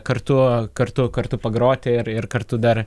kartu kartu kartu pagroti ir ir kartu dar